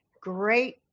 great